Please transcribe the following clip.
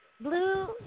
Blue